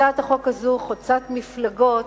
הצעת החוק הזאת היא חוצת מפלגות.